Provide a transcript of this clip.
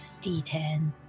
D10